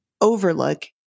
overlook